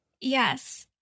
Yes